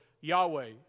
Yahweh